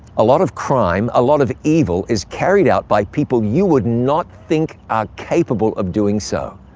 a lot of crime, a lot of evil is carried out by people you would not think are capable of doing so.